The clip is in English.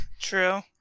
True